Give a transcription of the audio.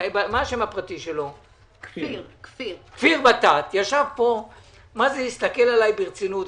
כפיר בטט, הסתכל עליי ברצינות.